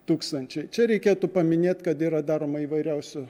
tūkstančiai čia reikėtų paminėt kad yra daroma įvairiausių